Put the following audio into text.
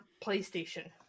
PlayStation